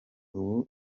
ubu